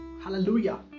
hallelujah